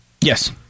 Yes